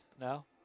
now